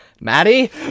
Maddie